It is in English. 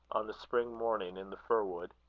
on the spring morning in the fir-wood.